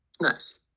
nice